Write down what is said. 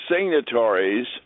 signatories